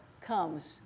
comes